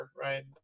right